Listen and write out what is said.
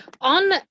On